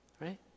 right